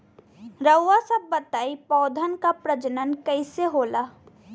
रउआ सभ बताई पौधन क प्रजनन कईसे होला?